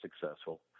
successful